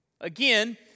Again